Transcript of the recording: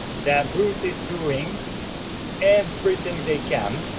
that booth is doing everything they can